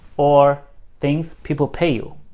or things people pay you,